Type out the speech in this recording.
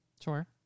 Sure